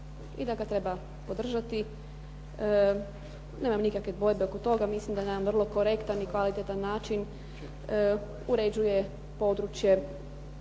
i da ga treba podržati. Nemam nikakve dvojbe oko toga, mislim da je na jedan vrlo korektan i kvalitetan način uređuje područje